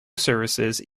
services